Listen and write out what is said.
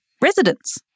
residents